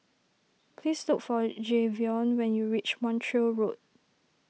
please look for Jayvion when you reach Montreal Road